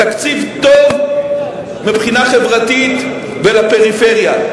תקציב טוב מבחינה חברתית ולפריפריה,